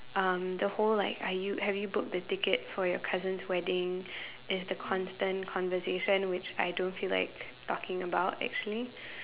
um the whole like are you have you booked the ticket for your cousin's wedding is the constant conversation which I don't feel like talking about actually